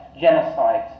genocide